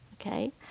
okay